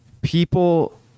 people